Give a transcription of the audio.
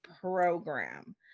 program